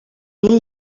mil